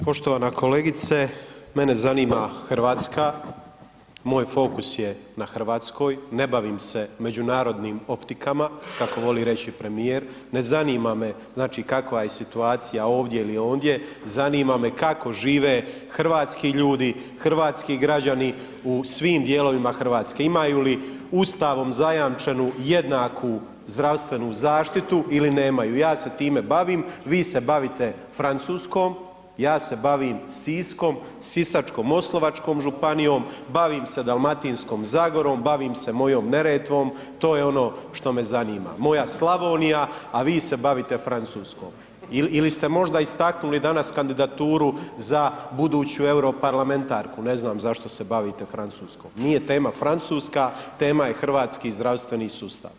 Poštovana kolegice, mene zanima RH, moj fokus je na RH, ne bavim se međunarodnim optikama kako voli reći premijer, ne zanima me znači kakva je situacija ovdje ili ondje, zanima me kako žive hrvatski ljudi, hrvatski građani u svim dijelovima RH, imaju li Ustavom zajamčenu jednaku zdravstvenu zaštitu ili nemaju, ja se time bavim, vi se bavite Francuskom, ja se bavim Siskom, Sisačko-moslavačkom županijom, bavim se Dalmatinskom zagorom, bavim se mojom Neretvom, to je ono što me zanima, moja Slavonija, a vi se bavite Francuskom ili ste možda istaknuli danas kandidaturu za buduću europarlamentarku ne znam zašto se bavite Francuskom, nije tema Francuska, tema je hrvatski zdravstveni sustav.